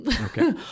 Okay